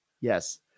Yes